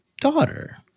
daughter